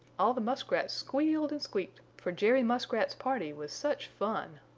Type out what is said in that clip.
all the muskrats squealed and squeaked, for jerry muskrat's party was such fun!